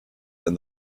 and